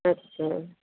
अच्छा